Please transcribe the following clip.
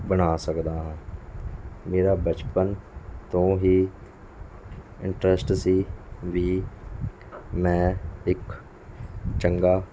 ਬਣਾ ਸਕਦਾ ਹਾਂ ਮੇਰਾ ਬਚਪਨ ਤੋਂ ਹੀ ਇੰਟਰਸਟ ਸੀ ਵੀ ਮੈਂ ਇੱਕ ਚੰਗਾ